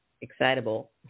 excitable